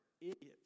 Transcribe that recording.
idiots